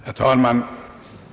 Herr talman!